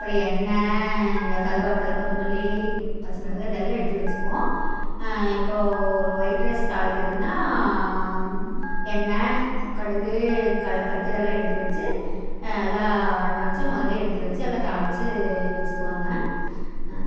அப்பறம் எண்ணெ இந்த கருவேப்பில்ல கொத்தமல்லி பச்சமிளகாய் இதெல்லாம் எடுத்து வச்சிக்குவோம் இப்போ ஒரு ஒய்ட் ரைஸ் தாளிக்கிறதுனால் எண்ண கடுகு கள்ளப்பருப்பு இதெலாம் எடுத்து வச்சு எல்லா அட்வான்ஸ்ஸா முதல்லே எடுத்து வச்சு எல்லாம் தாளிச்சு வச்சிக்குவேங்க